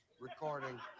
recording